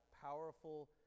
powerful